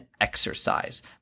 exercise